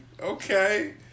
Okay